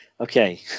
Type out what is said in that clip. okay